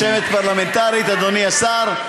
רשמת פרלמנטרית, אדוני השר,